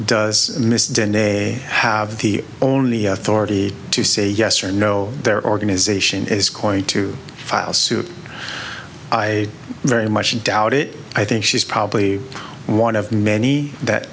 nay have the only authority to say yes or no their organization is going to file suit i very much doubt it i think she's probably one of many that